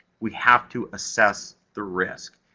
we have to assess the risk.